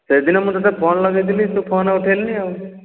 ସେଦିନ ମୁଁ ତୋତେ ଫୋନ ଲଗାଇଥିଲି ତୁ ଫୋନ ଉଠାଇଲୁନି ଆଉ